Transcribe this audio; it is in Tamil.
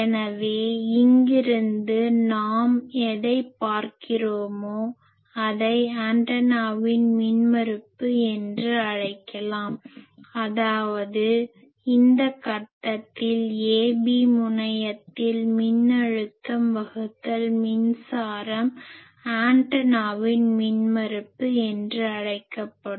எனவே இங்கிருந்து நாம் எதைப் பார்க்கிறோமோ அதை ஆண்டனாவின் மின்மறுப்பு என்று அழைக்கலாம் அதாவது இந்த கட்டத்தில் a b முனையத்தில் மின்னழுத்தம் வகுத்தல் மின்சாரம் ஆண்டனாவின் மின்மறுப்பு என்று அழைக்கப்படும்